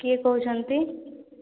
କିଏ କହୁଛନ୍ତି